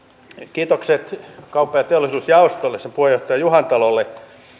kiitokset kauppa ja teollisuusjaostolle ja sen puheenjohtaja juhantalolle